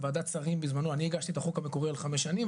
בוועדת השרים בזמנו אני הגשתי את החוק המקורי על חמש שנים,